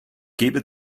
gebe